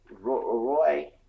Roy